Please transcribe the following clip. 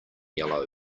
yellow